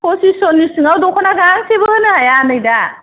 पच्चिसनि सिङाव दख'ना गांसेबो होनो हाया नै दा